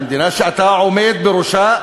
המדינה שאתה עומד בראשה,